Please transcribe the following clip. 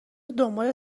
دنبال